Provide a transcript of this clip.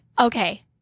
Okay